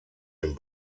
dem